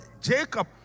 Jacob